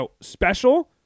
special